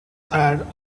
are